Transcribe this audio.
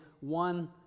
one